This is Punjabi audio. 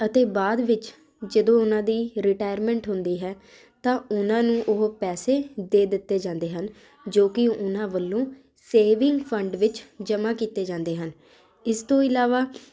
ਅਤੇ ਬਾਅਦ ਵਿੱਚ ਜਦੋਂ ਉਹਨਾਂ ਦੀ ਰਿਟਾਇਰਮੈਂਟ ਹੁੰਦੀ ਹੈ ਤਾਂ ਉਹਨਾਂ ਨੂੰ ਉਹ ਪੈਸੇ ਦੇ ਦਿੱਤੇ ਜਾਂਦੇ ਹਨ ਜੋ ਕਿ ਉਹਨਾਂ ਵੱਲੋਂ ਸੇਵਿੰਗ ਫੰਡ ਵਿੱਚ ਜਮ੍ਹਾ ਕੀਤੇ ਜਾਂਦੇ ਹਨ ਇਸ ਤੋਂ ਇਲਾਵਾ